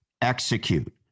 execute